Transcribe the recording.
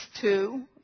two